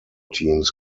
teams